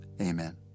amen